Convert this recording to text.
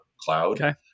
cloud